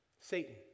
Satan